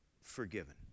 forgiven